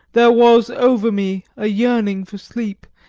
there was over me a yearning for sleep,